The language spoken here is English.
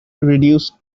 reduce